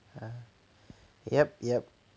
哎 yup yup